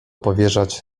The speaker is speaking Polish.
powierzać